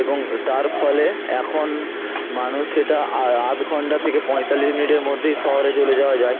এবং তার ফলে এখন মানুষ সেটা আ আদ ঘন্টা থেকে পঁয়তাল্লিশ মিনিটের মধ্যেই শহরে চলে যাওয়া যায়